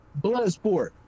Bloodsport